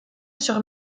sur